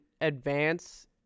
advance